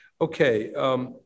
Okay